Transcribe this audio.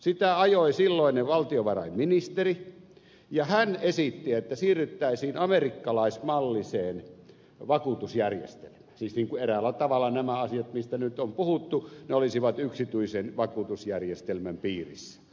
sitä ajoi silloinen valtiovarainministeri ja hän esitti että siirryttäisiin amerikkalaismalliseen vakuutusjärjestelmään siis niin kuin eräällä tavalla nämä asiat mistä nyt on puhuttu olisivat yksityisen vakuutusjärjestelmän piirissä